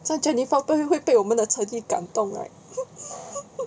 jennifer 会不会被我们的诚意感动 right